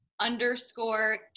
underscore